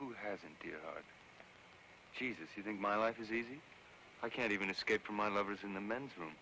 who hasn't she says you think my life is easy i can't even escape from my lover's in the men's room